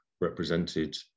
represented